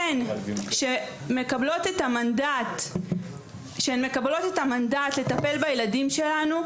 הן שמקבלות את המנדט לטפל בילדים שלנו,